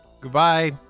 Goodbye